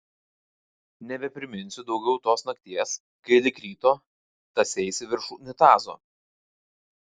nebepriminsiu daugiau tos nakties kai lig ryto tąseisi virš unitazo